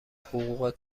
حقوق